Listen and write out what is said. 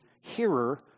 hearer